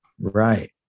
Right